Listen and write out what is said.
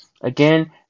again